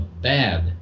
bad